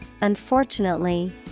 unfortunately